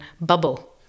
bubble